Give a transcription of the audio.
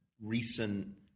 Recent